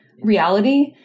reality